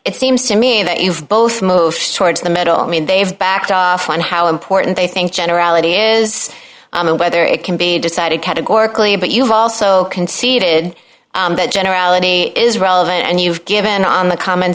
it seems to me that you've both most towards the middle mean they've backed off on how important they think generality is and whether it can be decided categorically but you've also conceded that generality is relevant and you've given on the common